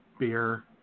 beer